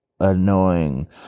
annoying